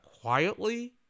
quietly